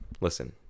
listen